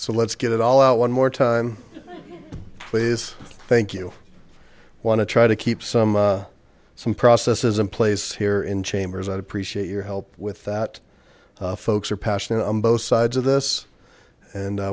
so let's get it all out one more time please thank you i want to try to keep some some processes in place here in chambers i appreciate your help with that folks are passionate on both sides of this and